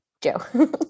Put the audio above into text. Joe